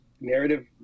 narrative